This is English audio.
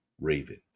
Ravens